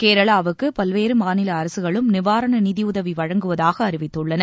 கேரளாவுக்கு பல்வேறு மாநில அரசுகளும் நிவாரண நிதி உதவி வழங்குவதாக அறிவித்துள்ளன